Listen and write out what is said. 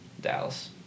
Dallas